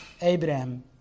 Abraham